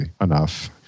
enough